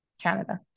canada